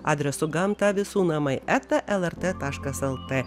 adresu gamta visų namai eta lrt taškas lt